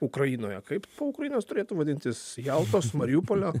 ukrainoje kaip po ukrainos turėtų vadintis jaltos mariupolio